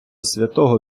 святого